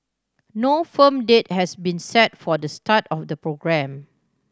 no firm date has been set for the start of the programme